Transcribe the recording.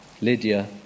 Lydia